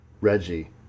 Reggie